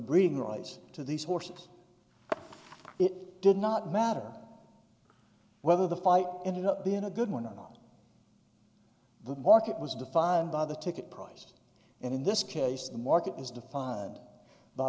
breeding rights to these horses it did not matter whether the fight ended up being a good one and not the market was defined by the ticket price and in this case the market is defined by